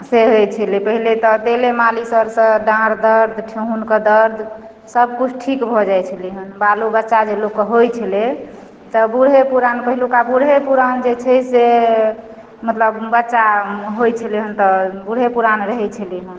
से होइ छलै पहिले तऽ तेले मालिशसँ डाँर दर्द ठेहुनके दर्द सभ कुछ ठीक भऽ जाइ छलै हैं बालो बच्चा जे लोकके होइ छलै तब बूढ़े पुरान पहिलुका बूढ़े पुरान जे छै से मतलब बच्चा होइ छलै हैं तऽ बूढ़े पुरान रहै छलै हैं